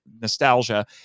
nostalgia